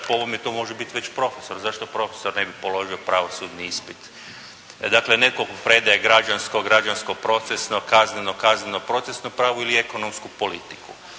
po ovom to može bit već profesor, zašto profesor ne bi položio pravosudni ispit. Dakle netko predaje građansko, građansko procesno, kazneno, kazneno procesno pravo ili ekonomsku politiku.